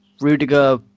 Rudiger